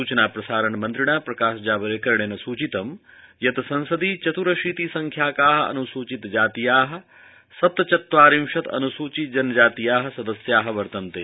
स्चनाप्रसारण मन्त्रिणा प्रकाश जावडेकरेण सूचितं यत् संसदि चत्रशीति संख्याका अन्सूचितजातीया सप्तचत्वारिंशत् च अन्सूचितजातीया सदस्या वर्तन्ते